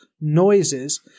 noises